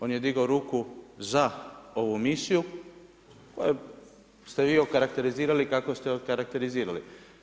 On je digao ruku za ovu misiju koju ste vi okarakterizirali kako ste okarakterizirali.